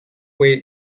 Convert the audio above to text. where